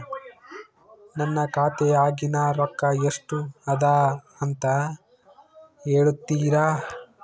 ನನ್ನ ಖಾತೆಯಾಗಿನ ರೊಕ್ಕ ಎಷ್ಟು ಅದಾ ಅಂತಾ ಹೇಳುತ್ತೇರಾ?